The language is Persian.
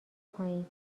پایین